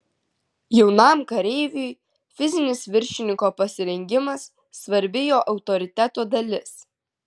jaunam kareiviui fizinis viršininko pasirengimas svarbi jo autoriteto dalis